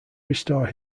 restore